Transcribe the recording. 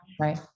right